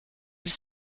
elle